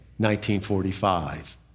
1945